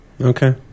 okay